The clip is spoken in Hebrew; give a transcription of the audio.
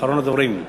אחרון הדוברים.